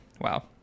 Wow